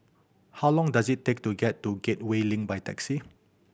how long does it take to get to Gateway Link by taxi